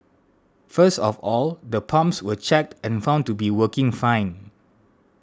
first of all the pumps were checked and found to be working fine